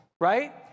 right